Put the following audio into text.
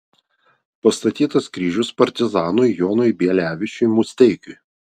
pastatytas kryžius partizanui jonui bielevičiui musteikiui